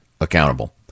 accountable